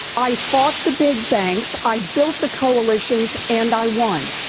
i fought the big banks. i built the coalitions and i won.